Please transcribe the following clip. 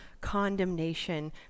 condemnation